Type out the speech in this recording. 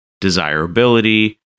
desirability